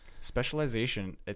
Specialization